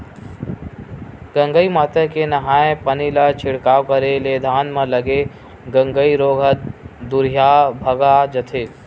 गंगई माता के नंहाय पानी ला छिड़काव करे ले धान म लगे गंगई रोग ह दूरिहा भगा जथे